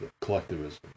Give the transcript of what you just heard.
collectivism